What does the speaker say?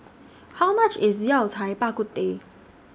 How much IS Yao Cai Bak Kut Teh